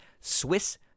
Swiss